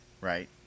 Right